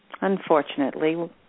Unfortunately